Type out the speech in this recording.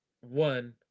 one